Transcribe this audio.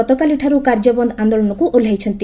ଗତକାଲିଠାରୁ କାର୍ଯ୍ୟ ବନ୍ଦ ଆନ୍ଦୋଳନକୁ ଓହ୍କୁଇଛନ୍ତି